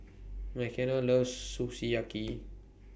Mckenna loves Sukiyaki